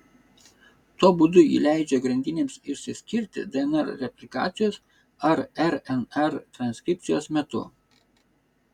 tuo būdu ji leidžia grandinėms išsiskirti dnr replikacijos ar rnr transkripcijos metu